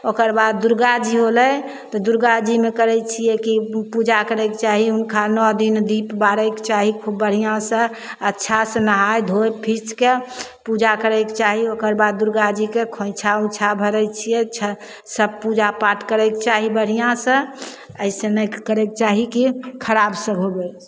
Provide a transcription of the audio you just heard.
ओकरबाद दुरगाजी होलै तऽ दुरगाजीमे करै छिए कि पूजा करैके चाही हुनका नओ दिन दीप बारैके चाही खुब बढ़िआँसे अच्छासे नहै धोइ फीचिके पूजा करैके चाही ओकरबाद दुरगाजीके खोँइछा उँइछा भरै छिए सब पूजापाठ करैके चाही बढ़िआँसे अइसे नहि करैके चाही कि खराबसे होबै